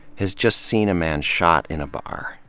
has just seen a man shot in a bar.